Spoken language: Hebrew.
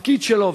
בתפקיד שלו,